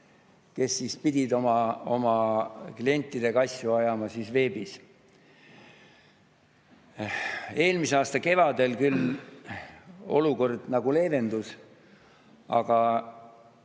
kes pidid oma klientidega asju ajama veebis. Eelmise aasta kevadel küll olukord nagu leevendus, kui